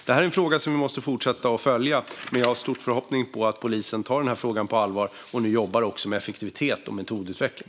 Det här är en fråga som vi måste fortsätta att följa, och jag har stora förhoppningar om att polisen tar frågan på allvar och nu jobbar också med effektivitet och metodutveckling.